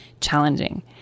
challenging